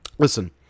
listen